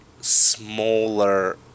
smaller